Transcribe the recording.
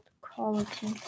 Quality